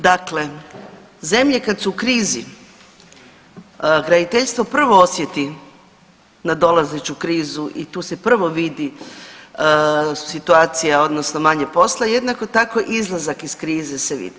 Dakle, zemlje kad su u krizi graditeljstvo prvo osjeti nadolazeću krizu i tu se prvo vidi situacija odnosno manje posla, jednako tako izlazak iz krize se vidi.